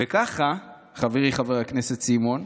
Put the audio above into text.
וככה, חברי חבר הכנסת סימון,